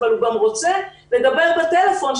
אבל הוא גם רוצה לדבר בטלפון,